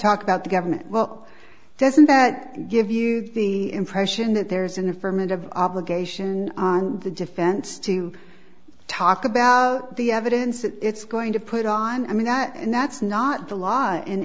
talk about the government well doesn't that give you the impression that there's an affirmative obligation on the defense to talk about the evidence that it's going to put on i mean that and that's not the law